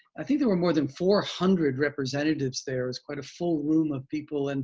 i think there were more than four hundred representatives there, it's quite a full room of people, and